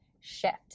shift